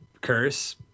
Curse